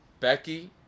Becky